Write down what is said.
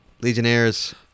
Legionnaires